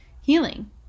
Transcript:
healing